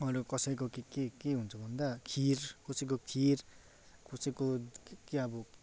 अरू कसैको के के के हुन्छ भन्दा खिर कसैको खिर कसैको के अब